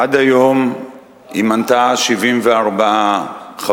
עד היום היא מנתה 74 חברים,